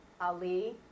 Ali